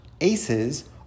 ACEs